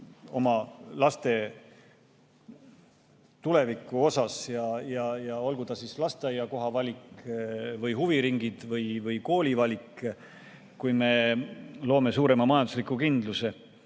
oma laste tuleviku osas, olgu ta siis lasteaiakoha valik või huviringid või koolivalik, kui me loome suurema majandusliku kindluse